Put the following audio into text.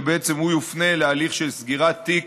ובעצם הוא יופנה להליך של סגירת תיק